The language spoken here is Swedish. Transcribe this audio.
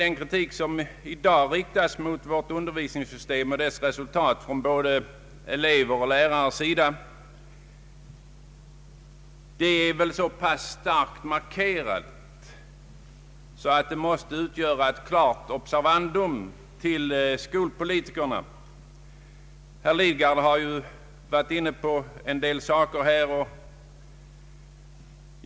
Den kritik som i dag riktas mot vårt undervisningssystem och dess resultat från både elevers och lärares sida är så pass starkt markerad att den måste utgöra ett observandum för skolpolitikerna. Herr Lidgard har tagit upp olika problem på skolans område.